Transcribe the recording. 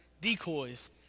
decoys